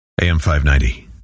AM590